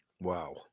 Wow